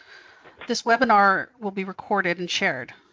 this webinar will be recorded and shared.